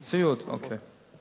סיעוד, אוקיי.